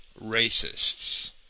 racists